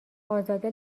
ازاده